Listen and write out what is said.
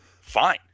fine